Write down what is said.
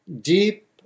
deep